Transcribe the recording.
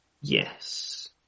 Yes